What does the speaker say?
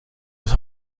ist